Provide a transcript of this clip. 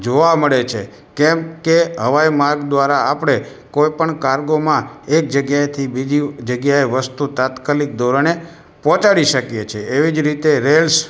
જોવા મળે છે કેમ કે હવાઇ માર્ગ દ્વારા આપણે કોઇપણ કાર્ગોમાં એક જગ્યાએથી બીજી જગ્યાએ વસ્તુ તાત્કાલિક ધોરણે પહોંચાડી શકીએ છે એવી જ રીતે રેલ્સ